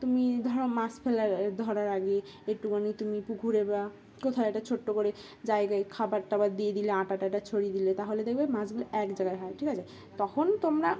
তুমি ধরো মাছ ফেলার ধরার আগে একটুখানি তুমি পুকুরে বা কোথাও একটা ছোট্টো করে জায়গায় খাবার টাবার দিয়ে দিলে আটাটাটা ছড়িয়ে দিলে তাহলে দেখবে মাছগুলো এক জায়গায় হয় ঠিক আছে তখন তোমরা